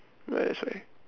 ya that's why